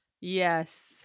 Yes